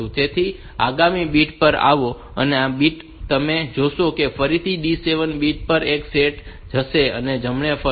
તેથી આગામી બીટ પર આવો તો આગામી બીટ માં તમે જોશો કે ફરીથી D 7 બીટ એક પર સેટ થશે અને તે જમણે ફરશે